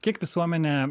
kiek visuomenė